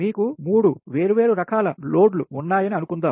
మీకు 3 వేర్వేరు రకాల లోడ్లు ఉన్నాయని అనుకుందాం